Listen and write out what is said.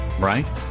right